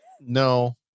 No